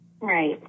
Right